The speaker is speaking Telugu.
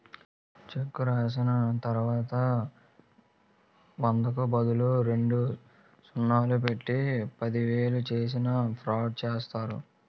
చెక్కు రాసిచ్చిన తర్వాత వందకు బదులు రెండు సున్నాలు పెట్టి పదివేలు చేసేసి ఫ్రాడ్ చేస్తారు